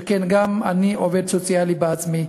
שכן אני עובד סוציאלי בעצמי,